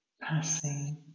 passing